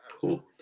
Cool